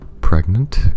pregnant